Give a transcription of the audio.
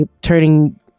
turning